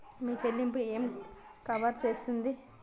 మీ చెల్లింపు ఏమి కవర్ చేస్తుంది?